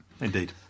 indeed